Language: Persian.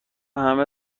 همه